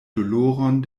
doloron